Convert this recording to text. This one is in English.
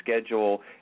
schedule